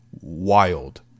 wild